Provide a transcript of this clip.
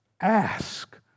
ask